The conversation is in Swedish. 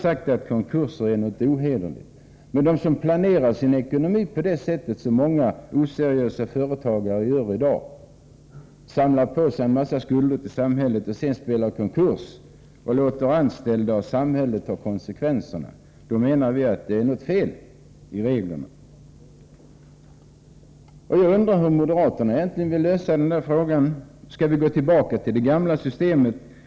Men det måste vara fel på reglerna när det är möjligt att genom konkurser planera sin ekonomi, vilket många oseriösa företagare i dag gör. Medvetet samlar man på sig en hel del skulder. Anställda och samhället får sedan ta konekvenserna. Hur vill moderaterna egentligen lösa den frågan? Skall vi återgå till det gamla systemet?